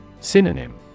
Synonym